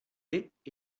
est